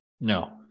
No